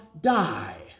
die